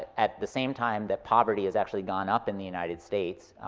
at the same time that poverty has actually gone up in the united states,